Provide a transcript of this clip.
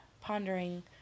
pondering